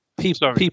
People